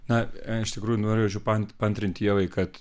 na iš tikrųjų norėčiau paant paantrint ievai kad